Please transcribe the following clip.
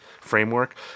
framework